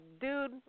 dude